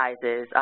sizes